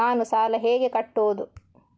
ನಾನು ಸಾಲ ಹೇಗೆ ಕಟ್ಟುವುದು?